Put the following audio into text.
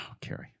Carrie